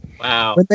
Wow